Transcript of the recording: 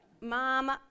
mom